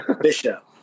Bishop